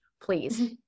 please